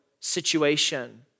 situation